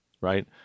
right